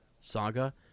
saga